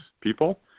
people